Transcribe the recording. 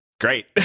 great